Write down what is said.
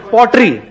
Pottery